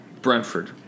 Brentford